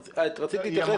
את רצית להתייחס.